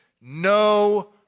no